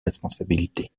responsabilité